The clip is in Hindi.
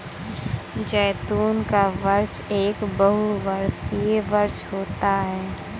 जैतून का वृक्ष एक बहुवर्षीय वृक्ष होता है